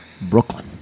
Brooklyn